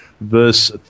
verse